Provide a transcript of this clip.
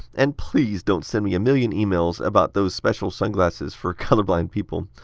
and please don't send me a million emails about those special sunglasses for colorblind people.